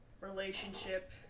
relationship